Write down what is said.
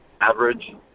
average